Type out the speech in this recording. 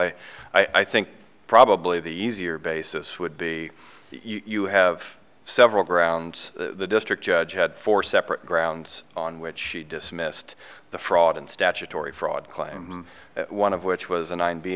i i think probably the easier basis would be you have several grounds the district judge had four separate grounds on which she dismissed the fraud and statutory fraud claim one of which was a nine b